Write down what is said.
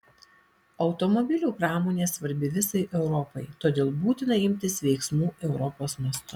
automobilių pramonė svarbi visai europai todėl būtina imtis veiksmų europos mastu